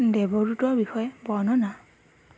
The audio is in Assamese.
দেৱদূতৰ বিষয়ে বৰ্ণনা